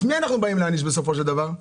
את מי אנחנו באים להעניש בסופו של דבר?